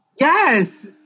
Yes